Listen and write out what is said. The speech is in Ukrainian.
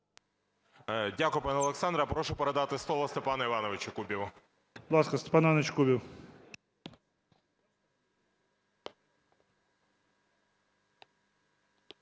Дякую, пане Олександре. Прошу передати слово Степану Івановичу Кубіву. ГОЛОВУЮЧИЙ. Будь ласка, Степан Іванович Кубів.